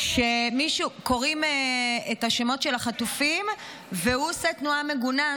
קוראים את השמות של החטופים והוא עושה תנועה מגונה,